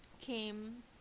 came